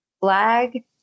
flag